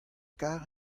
kar